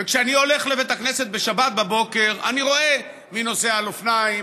וכשאני הולך לבית הכנסת בשבת בבוקר אני רואה מי נוסע על אופניים,